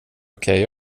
okej